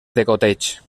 degoteig